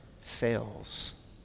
fails